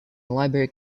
library